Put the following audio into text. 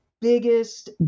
biggest